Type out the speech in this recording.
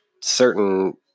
certain